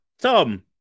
Tom